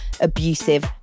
abusive